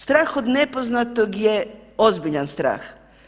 Strah od nepoznatog je ozbiljan strah.